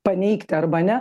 paneigti arba ne